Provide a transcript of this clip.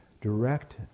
direct